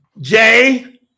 Jay